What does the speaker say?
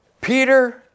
Peter